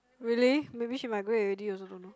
really maybe she migrate already also don't know